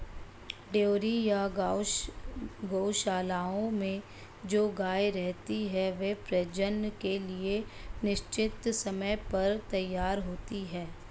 dairy या गोशालाओं में जो गायें रहती हैं, वे प्रजनन के लिए निश्चित समय पर तैयार होती हैं